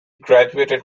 graduated